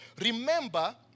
Remember